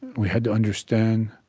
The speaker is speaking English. we had to understand